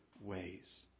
ways